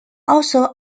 also